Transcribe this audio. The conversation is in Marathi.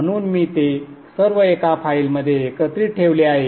म्हणून मी ते सर्व एका फाईलमध्ये एकत्र ठेवले आहेत